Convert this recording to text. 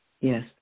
Yes